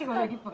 happy